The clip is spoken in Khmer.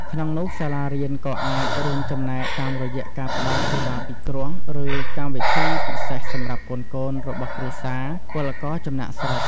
ក្នុងនោះសាលារៀនក៏អាចរួមចំណែកតាមរយៈ ការផ្តល់សេវាពិគ្រោះ ឬកម្មវិធីពិសេសសម្រាប់កូនៗរបស់គ្រួសារពលករចំណាកស្រុក។